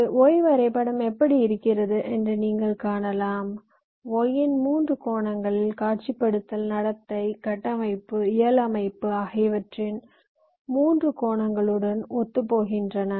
ஒரு Y வரைபடம் எப்படி இருக்கிறது என்று நீங்கள் காணலாம் Y இன் 3 கோணங்களின் காட்சிப்படுத்தல் நடத்தை கட்டமைப்பு இயல் அமைப்பு ஆகியவற்றின் 3 கோணங்களுடன் ஒத்துப்போகின்றன